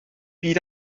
byd